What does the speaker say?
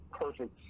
perfect